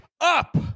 up